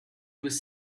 was